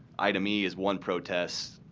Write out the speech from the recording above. item e is one protest.